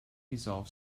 resolve